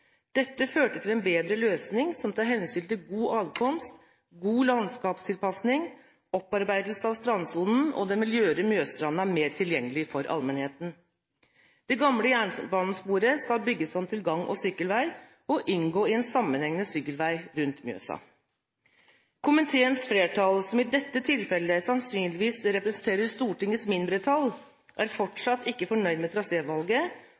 førte til en bedre løsning, som tar hensyn til god adkomst, god landskapstilpasning og opparbeidelse av strandsonen, og den vil gjøre mjøsstranda mer tilgjengelig for allmennheten. Det gamle jernbanesporet skal bygges om til gang- og sykkelvei og inngå i en sammenhengende sykkelvei rundt Mjøsa. Komiteens flertall, som i dette tilfellet sannsynligvis representerer Stortingets mindretall, er fortsatt ikke fornøyd med